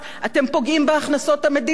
אתם פוגעים בהכנסות המדינה.